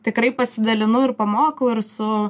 tikrai pasidalinu ir pamokau ir su